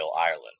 Ireland